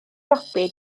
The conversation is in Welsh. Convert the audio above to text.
robin